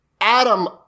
Adam